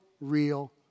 real